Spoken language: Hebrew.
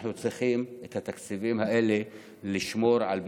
אנחנו צריכים את התקציבים האלה כדי לשמור על הביטחון,